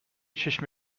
چشم